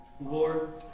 Lord